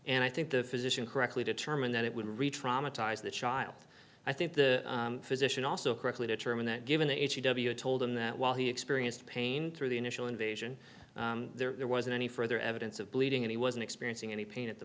and i think the physician correctly determined that it would reach traumatize the child i think the physician also correctly determined that given h e w i told him that while he experienced pain through the initial invasion there wasn't any further evidence of bleeding and he wasn't experiencing any pain at the